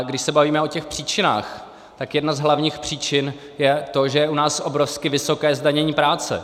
Když se bavíme o těch příčinách, tak jedna z hlavních příčin je to, že je u nás obrovsky vysoké zdanění práce.